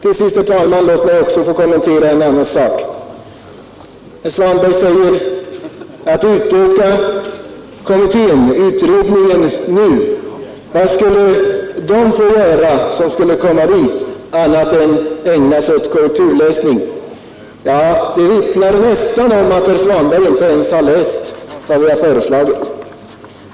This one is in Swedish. Låt mig till sist, herr talman, kommentera en annan sak. Herr Svanberg sade: Om vi utökar utredningen nu, vad skulle då de som kommer dit få göra annat än att ägna sig åt korrekturläsning? Det ger nästan intryck av att herr Svanberg inte läst vad vi har föreslagit.